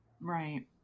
Right